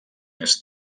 més